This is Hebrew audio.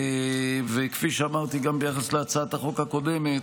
כפי שאמרתי גם ביחס להצעת החוק הקודמת,